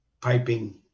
piping